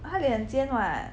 她脸很尖 [what]